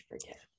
forget